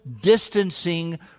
distancing